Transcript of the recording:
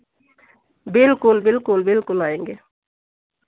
बिल्कुल बिल्कुल बिल्कुल आएंगे